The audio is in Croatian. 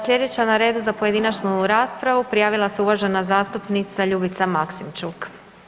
Sljedeća na redu za pojedinačnu raspravu prijavila se uvažena zastupnica Ljubica Maksimčuk.